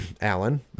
Alan